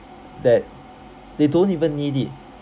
that they don't even need it